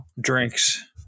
drinks